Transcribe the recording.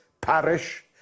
parish